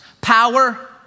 Power